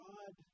God